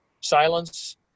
silence